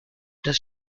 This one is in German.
das